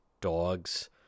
dogs